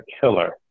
killer